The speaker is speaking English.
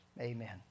amen